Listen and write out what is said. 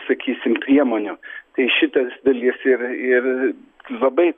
sakysim priemonių tai šitas dalis ir ir labai